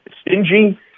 Stingy